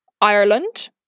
Ireland